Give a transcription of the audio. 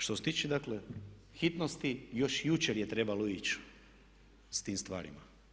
Što se tiče, dakle hitnosti još jučer je trebalo ići s tim stvarima.